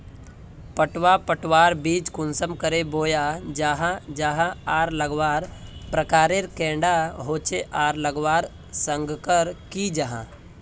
पटवा पटवार बीज कुंसम करे बोया जाहा जाहा आर लगवार प्रकारेर कैडा होचे आर लगवार संगकर की जाहा?